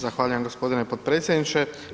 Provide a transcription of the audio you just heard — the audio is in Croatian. Zahvaljujem gospodine potpredsjedniče.